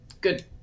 good